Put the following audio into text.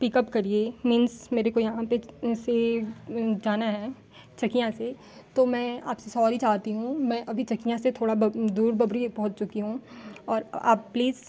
pickup करिए means मेरे को यहाँ पर से जाना है चकियाँ से तो मैं आपसे सॉरी चाहती हूँ मैं अभी चकियाँ से थोड़ा दूर बबरी पहुँच चुकी हूँ और आप प्लीस